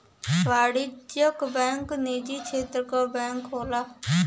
वाणिज्यिक बैंक निजी क्षेत्र क बैंक होला